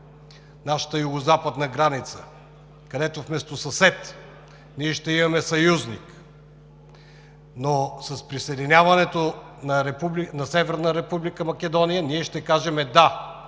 нашата югозападна граница, където вместо съсед, ще имаме съюзник, но с присъединяването на Република Северна